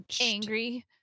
angry